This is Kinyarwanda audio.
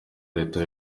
leta